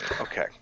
Okay